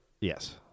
Yes